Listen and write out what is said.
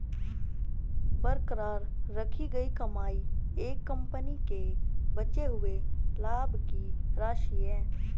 बरकरार रखी गई कमाई एक कंपनी के बचे हुए लाभ की राशि है